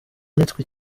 nitwe